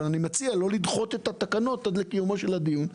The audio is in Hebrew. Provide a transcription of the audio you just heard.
אבל אני מציע לא לדחות את התקנות עד לקיומו של הדיון,